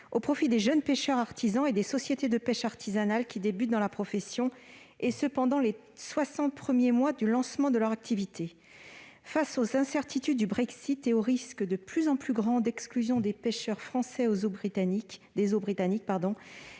au profit des jeunes pêcheurs artisans et des sociétés de pêche artisanale qui débutent dans la profession, et ce pendant les soixante mois consécutifs au lancement de l'activité. Face aux incertitudes qu'entraîne le Brexit et au risque de plus en plus grand d'exclusion des pêcheurs français des eaux britanniques,